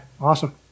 awesome